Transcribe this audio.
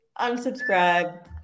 Unsubscribe